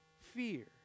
fear